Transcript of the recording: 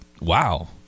wow